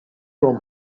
from